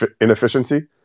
inefficiency